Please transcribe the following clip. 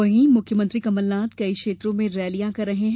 वहीं मुख्यमंत्री कमलनाथ कई क्षेत्रों में रैलियां कर रहे हैं